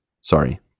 Sorry